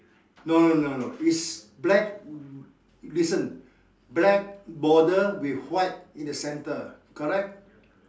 no no no no is black listen black border with white in the center correct